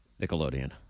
Nickelodeon